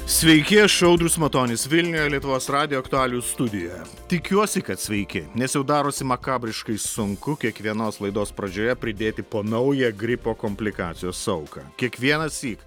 sveiki aš audrius matonis vilniuje lietuvos radijo aktualijų studijoje tikiuosi kad sveiki nes jau darosi makabriškai sunku kiekvienos laidos pradžioje pridėti po naują gripo komplikacijos auką kiekvienąsyk